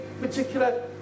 particular